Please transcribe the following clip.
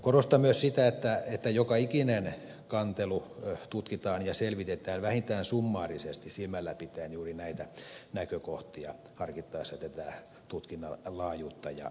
korostan myös sitä että joka ikinen kantelu tutkitaan ja selvitetään vähintään summaarisesti silmällä pitäen juuri näitä näkökohtia harkittaessa tätä tutkinnan laajuutta ja syvyyttä